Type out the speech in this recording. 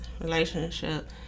relationship